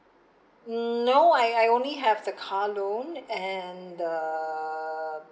um no I I only have the car loan and the